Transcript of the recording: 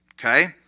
Okay